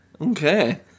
Okay